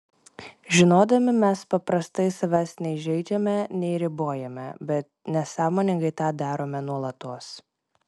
žinodami mes paprastai savęs nei žeidžiame nei ribojame bet nesąmoningai tą darome nuolatos